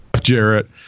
Jarrett